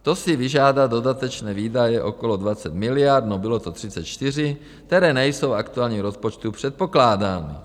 To si vyžádá dodatečné výdaje okolo 20 miliard, bylo to 34, které nejsou v aktuálním rozpočtu předpokládány.